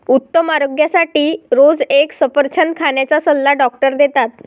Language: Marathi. उत्तम आरोग्यासाठी रोज एक सफरचंद खाण्याचा सल्ला डॉक्टर देतात